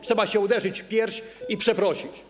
Trzeba się uderzyć w pierś i przeprosić.